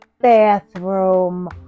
bathroom